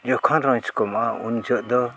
ᱡᱚᱠᱷᱚᱱ ᱨᱚᱡᱽ ᱠᱚᱢᱚᱜᱼᱟ ᱩᱱ ᱡᱚᱠᱷᱚᱱ ᱫᱚ